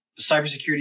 cybersecurity